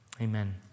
Amen